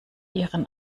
ihren